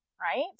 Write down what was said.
right